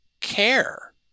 care